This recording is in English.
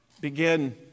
begin